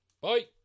Bye